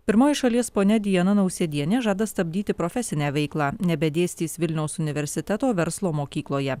pirmoji šalies ponia diana nausėdienė žada stabdyti profesinę veiklą nebedėstys vilniaus universiteto verslo mokykloje